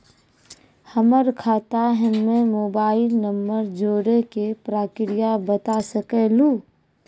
हमर खाता हम्मे मोबाइल नंबर जोड़े के प्रक्रिया बता सकें लू?